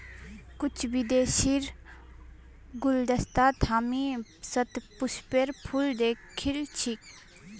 कुछू विदेशीर गुलदस्तात हामी शतपुष्पेर फूल दखिल छि